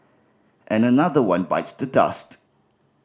and another one bites the dust